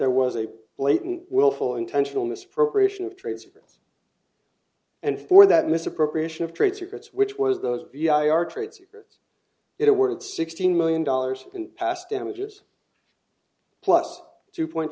there was a blatant willful intentional misappropriation of trade secrets and for that misappropriation of trade secrets which was those vi our trade secrets it awarded sixteen million dollars in past damages plus two point